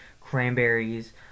cranberries